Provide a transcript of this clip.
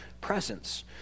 presence